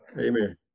Amen